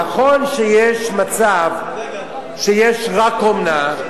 נכון שיש מצב שיש רק אומנה,